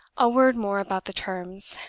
a word more about the terms.